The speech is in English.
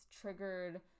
triggered